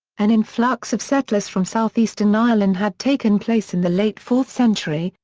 an influx of settlers from southeastern ireland had taken place in the late fourth century,